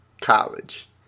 College